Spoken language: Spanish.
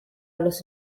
los